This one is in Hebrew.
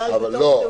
אבל זה כן נכלל בתוך.